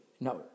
no